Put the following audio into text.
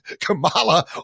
Kamala